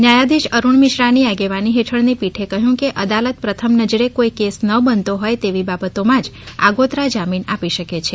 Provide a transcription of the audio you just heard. ન્યાયાધિશ અરૂણ મિશ્રાની આગેવાની હેઠળની પીઠે કહ્યું કે અદાલત પ્રથમ નજરે કોઇ કેસ ન બનતો હોય તેવી બાબતોમાં જ આગોતરા જામીન આપી શકે છે